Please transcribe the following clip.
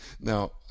Now